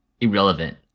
irrelevant